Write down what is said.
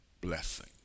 blessing